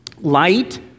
light